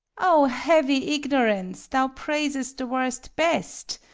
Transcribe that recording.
o heavy ignorance thou praisest the worst best.